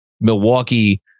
Milwaukee